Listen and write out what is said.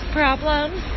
problems